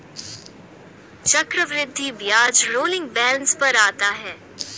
चक्रवृद्धि ब्याज rolling balance पर आता है